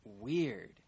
weird